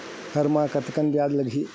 हर माह कतेकन ब्याज लगही?